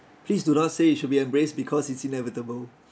please do not say it should be embraced because it's inevitable